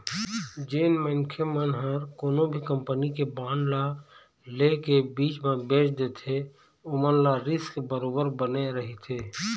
जेन मनखे मन ह कोनो भी कंपनी के बांड ल ले के बीच म बेंच देथे ओमन ल रिस्क बरोबर बने रहिथे